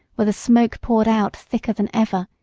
where the smoke poured out thicker than ever,